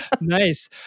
Nice